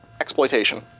exploitation